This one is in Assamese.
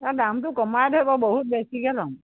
এই দামটো কমাই ধৰিব বহুত বেছিকৈ ল'ম